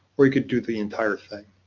or you could do the entire thing,